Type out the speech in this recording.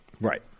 Right